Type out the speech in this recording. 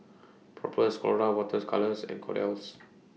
Propass Colora Water's Colours and Kordel's